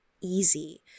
easy